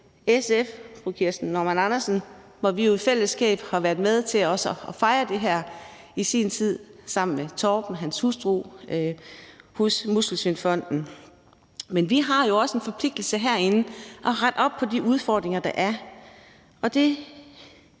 SF's fru Kirsten Normann Andersen. Vi har i fællesskab været med til i sin tid at fejre det her sammen med Torben og hans hustru hos Muskelsvindfonden. Men vi har jo også en forpligtelse herinde til at rette op i forhold til de udfordringer, der er – det,